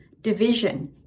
division